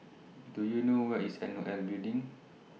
Do YOU know Where IS N O L Building